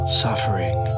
suffering